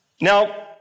Now